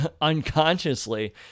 unconsciously